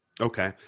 Okay